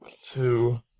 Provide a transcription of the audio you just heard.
Two